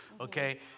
okay